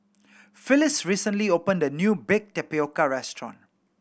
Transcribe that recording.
Phyliss recently opened a new baked tapioca restaurant